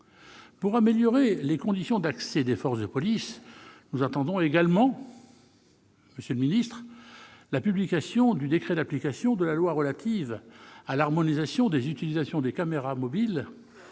Pour améliorer les conditions d'exercice des forces de police, nous attendons également, monsieur le ministre, la publication du décret d'application de la loi relative à l'harmonisation de l'utilisation des caméras mobiles